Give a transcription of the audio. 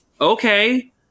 Okay